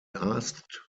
asked